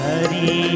Hari